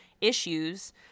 issues